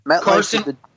Carson